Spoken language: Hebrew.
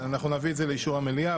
נביא את זה לאישור המליאה,